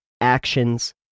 actions